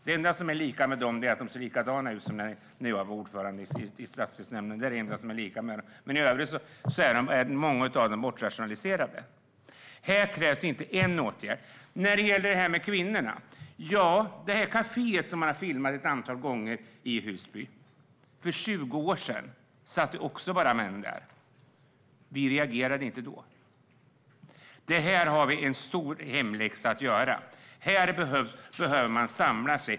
Det enda som är sig likt är att de ser likadana ut som när jag var ordförande i stadsdelsnämnden. Här krävs inte en åtgärd. När det gäller kvinnorna: Man har flera gånger filmat från ett kafé i Husby. För 20 år sedan satt det också bara män där. Vi reagerade inte då. Vi har en stor hemläxa att göra. Vi behöver samlas.